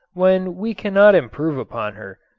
when we cannot improve upon her.